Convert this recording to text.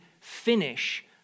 finish